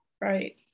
Right